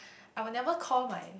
I will never call my